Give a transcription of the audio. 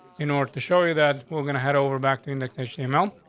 in order to show you that we're gonna head over back to indexation amount